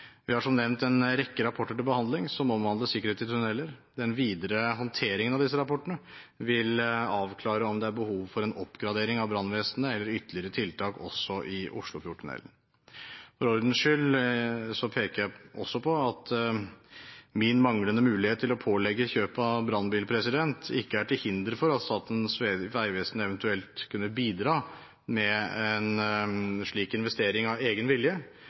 Vi har, som nevnt, en rekke rapporter til behandling som omhandler sikkerhet i tunneler. Den videre håndteringen av disse rapportene vil avklare om det er behov for en oppgradering av brannvesenet eller ytterligere tiltak også i Oslofjordtunnelen. For ordens skyld peker jeg også på at min manglende mulighet til å pålegge kjøp av brannbil ikke er til hinder for at Statens vegvesen eventuelt kunne bidra med en slik investering av egen vilje.